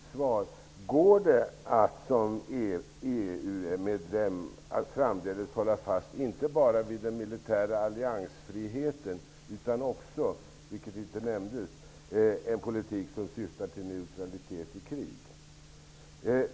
Min första fråga är: Går det att såsom EU-medlem framledes hålla fast inte bara vid den militära alliansfriheten utan också, vilket inte nämndes, vid en politik som syftar till neutralitet i krig?